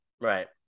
right